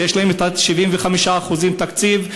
שיש להם 75% תקציב,